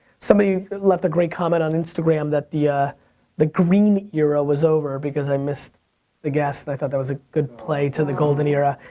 somebody left a great comment on instagram, that the ah the green era was over, because i missed the guess, and i thought that was a good play to the golden era.